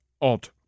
odd